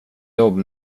jobb